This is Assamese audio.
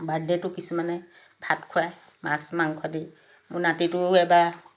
বাৰ্থডে'টো কিছুমানে ভাত খুৱাই মাছ মাংস দি মোৰ নাতিটোও এবাৰ